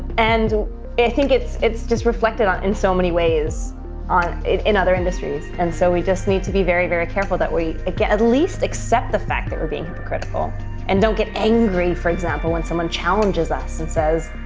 and i think it's, it's just reflected on in so many ways on it in other industries. and so we just need to be very, very careful that we can at least accept the fact that we're being hypocritical and don't get angry. for example, when someone challenges us and says,